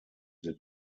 did